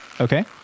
Okay